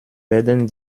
werden